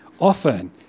Often